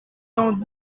cent